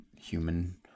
human